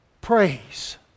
Praise